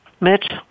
Mitch